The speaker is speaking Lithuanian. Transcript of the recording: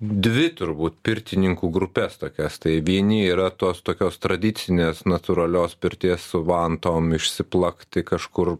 dvi turbūt pirtininkų grupes tokias tai vieni yra tos tokios tradicinės natūralios pirties su vantom išsiplakti kažkur